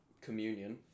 communion